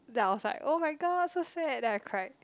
then I was like oh-my-god so sad then I cried